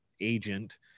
agent